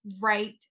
right